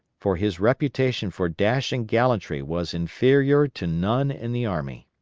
for his reputation for dash and gallantry was inferior to none in the army.